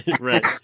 right